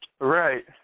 Right